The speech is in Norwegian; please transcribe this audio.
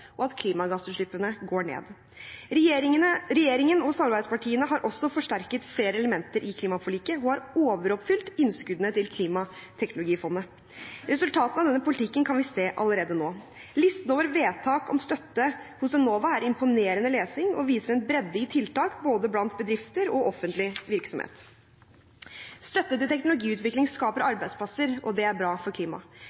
og at klimagassutslippene går ned. Regjeringen og samarbeidspartiene har også forsterket flere elementer i klimaforliket og har overoppfylt innskuddene til klimateknologifondet. Resultatene av denne politikken kan vi se allerede nå. Listen over vedtak om støtte hos Enova er imponerende lesning og viser en bredde i tiltak både blant bedrifter og offentlig virksomhet. Støtte til teknologiutvikling skaper